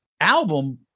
album